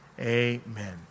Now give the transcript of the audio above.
amen